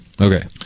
Okay